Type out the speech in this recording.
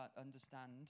understand